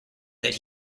that